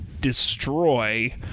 destroy